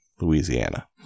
Louisiana